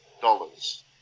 dollars